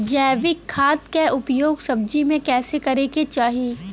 जैविक खाद क उपयोग सब्जी में कैसे करे के चाही?